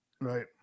Right